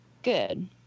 good